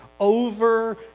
over